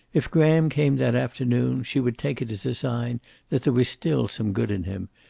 if graham came that afternoon, she would take it as a sign that there was still some good in him,